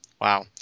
Wow